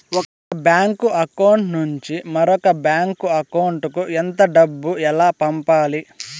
ఒక bank account నుంచి మరొక బ్యాంకు అకౌంట్ కు ఎంత డబ్బు ఎలా పంపాలి